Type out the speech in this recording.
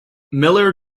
miller